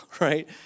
right